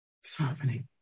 softening